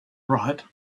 right